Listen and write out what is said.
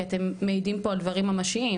כי אתם מעידים פה על דברים ממשיים,